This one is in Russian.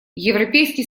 европейский